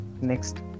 next